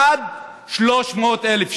עד 300,000 שקל,